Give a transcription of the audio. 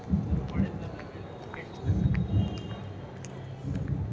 ಯಾವ ಬೆಳಿಗೆ ಜಾಸ್ತಿ ರೇಟ್ ಇರ್ತದ?